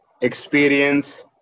experience